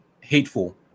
hateful